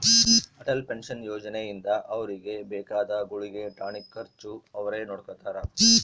Atal pension ಯೋಜನೆ ಇಂದ ಅವ್ರಿಗೆ ಬೇಕಾದ ಗುಳ್ಗೆ ಟಾನಿಕ್ ಖರ್ಚು ಅವ್ರೆ ನೊಡ್ಕೊತಾರ